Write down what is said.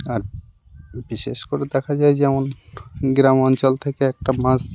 আর বিশেষ করে দেখা যায় যেমন গ্রাম অঞ্চল থেকে একটা মাছ